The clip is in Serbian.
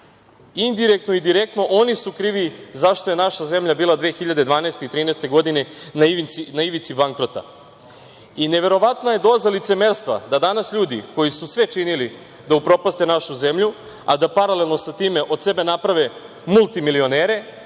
Indirektno i direktno oni su krivi zašto je naša zemlja bila 2012. godine i 2013. godine na ivici bankrota. Neverovatna je doza licemerstva da danas ljudi koji su sve činili da upropaste našu zemlju, a da paralelno sa tim od sebe naprave multimilionere